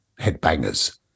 headbangers